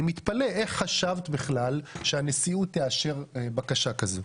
אני מתפלא איך חשבת בכלל שהנשיאות תאשר בקשה כזאת,